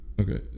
Okay